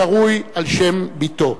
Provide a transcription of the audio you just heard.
הקרוי על שם בתו.